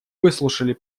выслушали